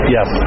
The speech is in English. Yes